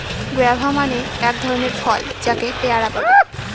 guava মানে এক ধরনের ফল যাকে পেয়ারা বলে